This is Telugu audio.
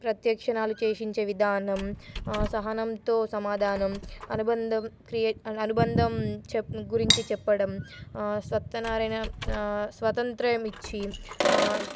ప్రతిజ్ఞలు చెయ్యించే విధానం సహనంతో సమాధానం అనుబంధం క్రియ అనుబంధం చె గురించి చెప్పడం స్వత్తనారణ స్వతంత్రమిచ్చి